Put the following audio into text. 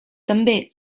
també